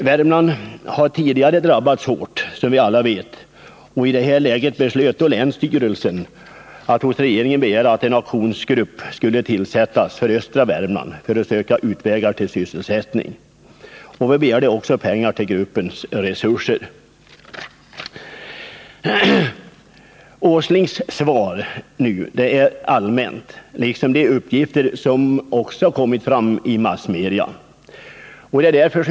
Värmland har tidigare drabbats hårt, som vi alla vet, och i det här läget beslöt länsstyrelsen att hos regeringen begära att en aktionsgrupp för östra Värmland skulle tillsättas för att söka möjligheter till sysselsättning. Vi begärde också pengar för att ge gruppen resurser. Industriminister Åslings svar är allmänt hållet liksom de uppgifter som har kommit fram i massmedierna.